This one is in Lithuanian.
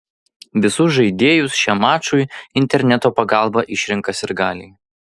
visus žaidėjus šiam mačui interneto pagalba išrenka sirgaliai